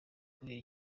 kubera